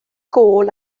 gôl